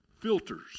filters